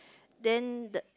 then the